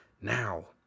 Now